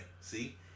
see